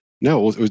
no